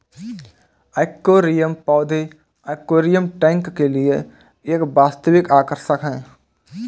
aquarium पौधे aquarium tank के लिए एक वास्तविक आकर्षण है